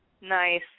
Nice